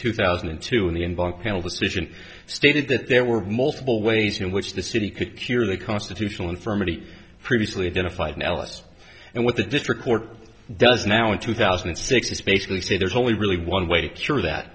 two thousand and two in the inbox panel decision stated that there were multiple ways in which the city could cure the constitutional infirmity previously identified nellis and what the district court does now in two thousand and six is basically say there's only really one way to cure that